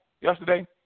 yesterday